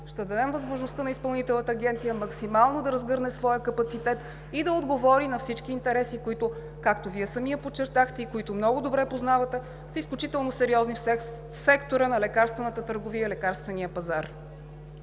ще дадем възможност на Изпълнителната агенция максимално да разгърне своя капацитет и да отговори на всички интереси, които, както Вие самият подчертахте и които много добре познавате, са изключително сериозни в сектора на лекарствената търговия и лекарствения пазар.